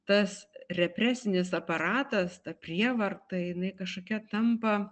tas represinis aparatas ta prievarta jinai kažkokia tampa